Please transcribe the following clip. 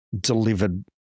delivered